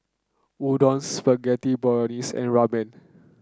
Udon Spaghetti Bolognese and Ramen